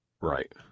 Right